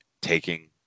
taking